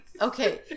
Okay